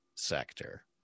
sector